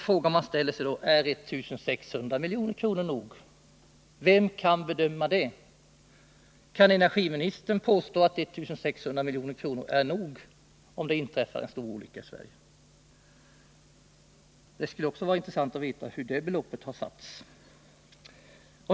De frågor man då ställer sig är: Är 1 600 milj.kr. nog? Vem kan bedöma det? Kan energiministern påstå att 1 600 milj.kr. är nog, om det inträffar en stor olycka i Sverige? Det skulle också vara intressant att veta hur det beloppet har räknats fram.